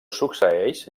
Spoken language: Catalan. succeeix